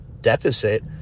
deficit